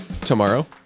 Tomorrow